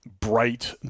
bright